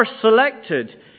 selected